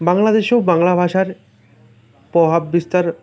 বাংলাদেশেও বাংলা ভাষার প্রভাব বিস্তার